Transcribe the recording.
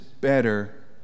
better